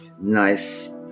nice